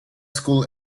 school